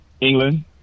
England